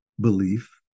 belief